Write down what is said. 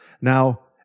Now